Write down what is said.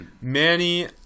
Manny